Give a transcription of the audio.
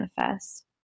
manifest